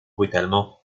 brutalement